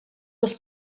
els